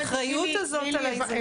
והאחריות הזאת עלינו.